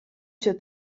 się